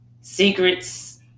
Secrets